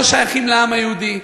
לא שייכים לעם היהודי.